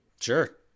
Sure